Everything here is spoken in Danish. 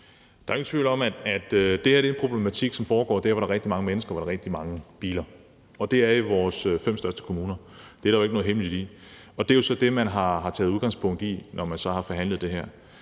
er jo ingen tvivl om, at det her er en problematik, som er der, hvor der er rigtig mange mennesker og rigtig mange biler. Og det er i vores fem største kommuner. Det er der jo ikke noget hemmeligt i. Det er jo så det, man har taget udgangspunkt i, da man forhandlede om det her.